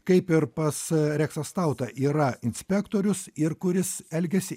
kaip ir pas reksą stautą yra inspektorius ir kuris elgiasi